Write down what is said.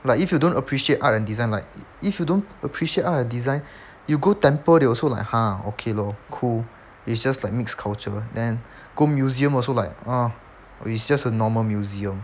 like if you don't appreciate art and design like if you don't appreciate art and design you go temple they also like !huh! okay lor cool it's just like mix culture then go museum also like orh it's just a normal museum